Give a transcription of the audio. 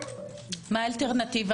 מה האלטרנטיבה?